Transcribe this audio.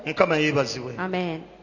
Amen